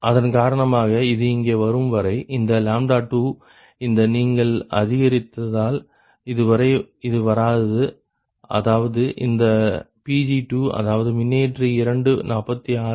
அதன்காரணமாக இது இங்கே வரும்வரை இந்த 2 இந்த நீங்கள் அதிகரித்தால் இதுவரை இது வராது அதாவது இந்த Pg2 அதாவது மின்னியற்றி இரண்டு 46